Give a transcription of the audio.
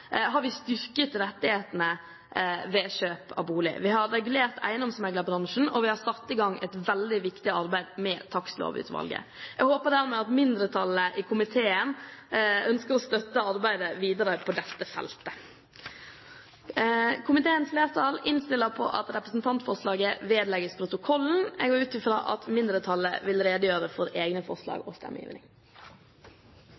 har vi styrket rettighetene ved kjøp av bolig. Vi har regulert eiendomsmeglerbransjen, og vi har satt i gang et veldig viktig arbeid med Takstlovutvalget. Jeg håper dermed at mindretallet i komiteen ønsker å støtte arbeidet videre på dette feltet. Komiteens flertall innstiller på at representantforslaget vedlegges protokollen. Jeg går ut fra at mindretallet vil redegjøre for egne forslag